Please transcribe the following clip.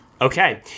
Okay